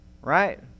right